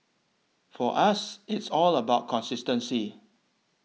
for us it's all about consistency